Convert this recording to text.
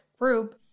group